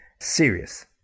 serious